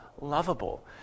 lovable